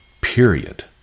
period